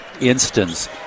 instance